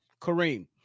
Kareem